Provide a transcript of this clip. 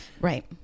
Right